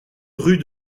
rue